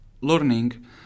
learning